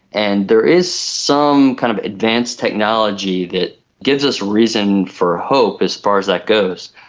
and there is some kind of advanced technology that gives us reason for hope as far as that goes.